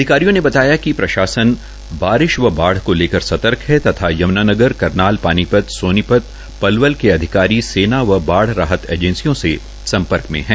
अधिकारियों ने बताया कि प्रशासन बारिश व बाढ़ को लेकर सतर्क है तथा यम्नानगर करनाल पानीपतसोनीपत पलवल के अधिकारी सेना व बाढ़ राहत एजेंसियों से सम्पर्क में है